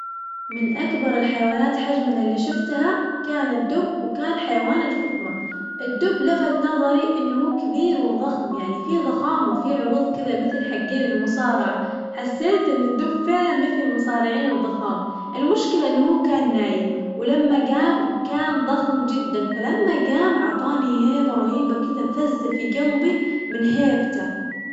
من أكبر الحيوانات حجماً اللي شفتها كان الدب وكان حيوان الفقمة، الدب لفت نظري إنه هو كبير وظخم يعني في ظخامة وفي عروض مثل كدة حقين المصارعة، حسيت إن الدب فعلاً مثل المصارعين الضخام، المشكلة إنه هو كان نايم ولما قام كان ظخم جداً فلما قام عطاني هيبة رهيبة كذا فزة في قلبي من هيبته.